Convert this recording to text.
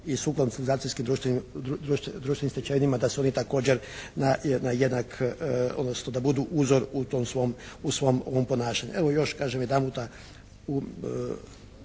i sukladno civilizacijskim društvenim stečevinama da se oni također na jednak, odnosno da budu uzor u tom svom, u svom ovom ponašanju. Evo još kažem jedanputa